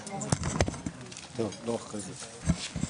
כ"ג באייר התשפ"ב,